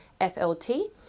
FLT